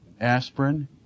aspirin